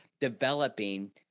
developing